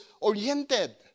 oriented